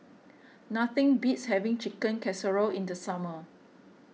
nothing beats having Chicken Casserole in the summer